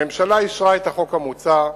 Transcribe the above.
הממשלה אישרה את החוק המוצע.